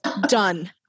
Done